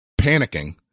panicking